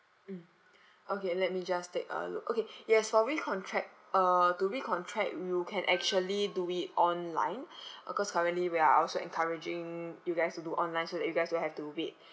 mm okay let me just take a look okay yes for recontract uh to recontract you can actually do it online uh cause currently we are also encouraging you guys to do online so that you guys don't have to wait